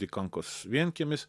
dikankos vienkiemis